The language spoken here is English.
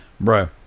Bro